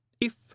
If